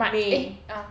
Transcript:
march eh ah